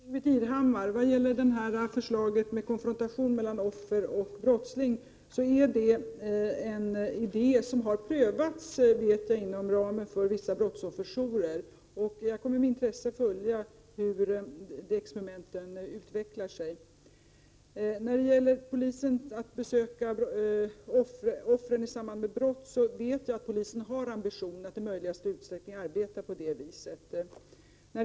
Herr talman! Till Ingbritt Irhammar vill jag säga att förslaget om konfrontation mellan offer och brottsling är en idé som har prövats inom ramen för vissa brottsofferjourer, och jag kommer med intresse att följa hur de experimenten utvecklar sig. När det gäller förslaget att polisen skall besöka offren i samband med brott vet jag att polisen har ambitionen att i största möjliga utsträckning arbeta på det sättet.